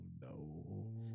No